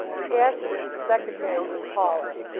gashford, the secretary, was taller,